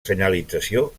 senyalització